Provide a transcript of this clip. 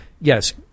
yes